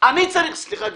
סליחה גברתי,